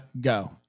go